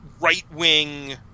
right-wing